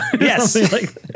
Yes